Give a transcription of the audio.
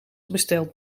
besteld